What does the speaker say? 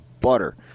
butter